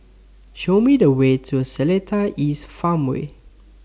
Show Me The Way to Seletar East Farmway